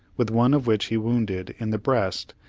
with one of which he wounded, in the breast,